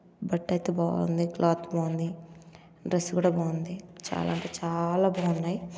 బట్టయితే బాగుంది క్లాత్ బాగుంది డ్రస్ కూడా బాగుంది చాలా అంటే చాలా బాగున్నాయి